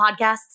Podcasts